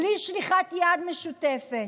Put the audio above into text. בלי שליחת יד משותפת,